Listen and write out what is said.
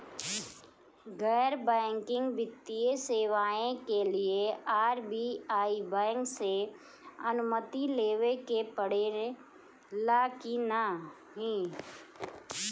गैर बैंकिंग वित्तीय सेवाएं के लिए आर.बी.आई बैंक से अनुमती लेवे के पड़े ला की नाहीं?